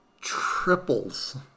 triples